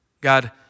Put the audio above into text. God